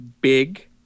big